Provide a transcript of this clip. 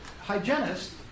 hygienist